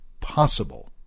possible